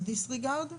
ה-disregard.